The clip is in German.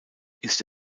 ist